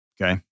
Okay